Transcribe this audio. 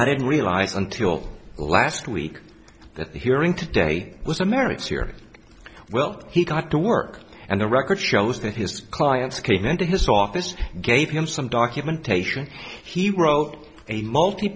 i didn't realize until last week that the hearing today was america's year well he got to work and the record shows that his clients came into his office gave him some documentation he wrote a multi